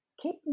keep